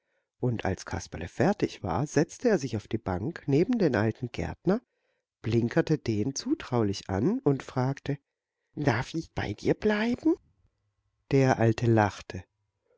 und als kasperle fertig war setzte er sich auf die bank neben den alten gärtner blinkerte den zutraulich an und fragte darf ich bei dir bleiben der alte lachte